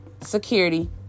security